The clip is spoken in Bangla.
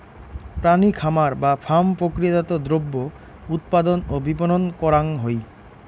প্রাণী খামার বা ফার্ম প্রক্রিয়াজাত দ্রব্য উৎপাদন ও বিপণন করাং হই